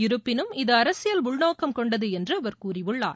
இருப்பினும் இது அரசியல் உள்நோக்கம் கொண்டது என்று அவர் கூறியுள்ளார்